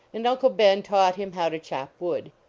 and uncle ben taught him how to chop wood.